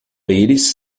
íris